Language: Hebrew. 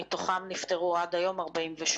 מתוכם נפטרו עד היום 48,